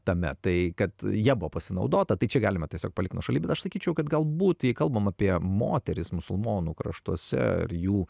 tame tai kad ja buvo pasinaudota tai čia galima tiesiog palikti nuošaly bet aš sakyčiau kad galbūt kalbam apie moteris musulmonų kraštuose ir jų